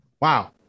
Wow